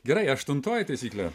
gerai aštuntoji taisyklė